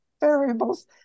variables